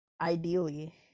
ideally